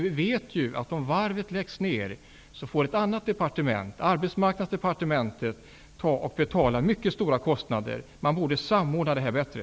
Vi vet ju att om varvet läggs ned får ett annat departement, Arbetsmarknadsdepartementet, ta och betala mycket stora kostnader. Detta borde samordnas bättre.